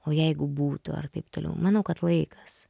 o jeigu būtų ar taip toliau manau kad laikas